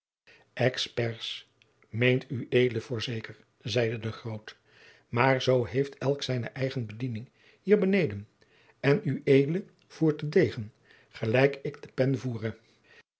zeide expers meent ued voorzeker zeide de groot maar zoo heeft elk zijne eigene bediening hier beneden en ued voert den degen gelijk ik de pen voere